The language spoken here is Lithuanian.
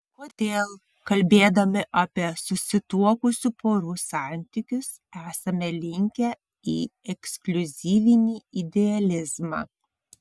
kodėl kalbėdami apie susituokusių porų santykius esame linkę į ekskliuzyvinį idealizmą